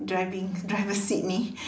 driving driver seat ini